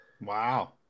Wow